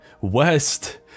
west